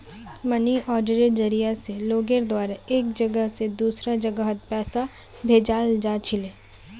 money आर्डरेर जरिया स लोगेर द्वारा एक जगह स दूसरा जगहत पैसा भेजाल जा छिले